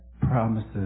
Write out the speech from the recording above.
promises